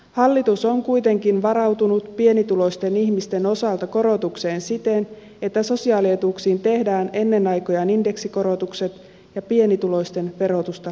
hallitus on kuitenkin varautunut pienituloisten ihmisten osalta korotukseen siten että sosiaalietuuksiin tehdään ennen aikojaan indeksikorotukset ja pienituloisten verotusta kevennetään